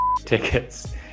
tickets